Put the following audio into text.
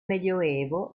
medioevo